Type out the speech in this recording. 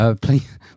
Please